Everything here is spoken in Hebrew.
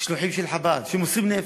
שלוחים של חב"ד, שמוסרים נפש.